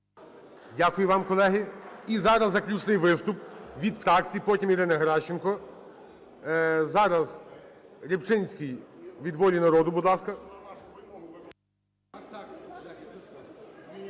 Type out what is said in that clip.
Дякую вам, колеги. І зараз заключний виступ від фракцій. Потім Ірина Геращенко. Зараз Рибчинський від "Волі народу", будь ласка.